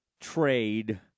trade